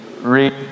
read